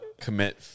commit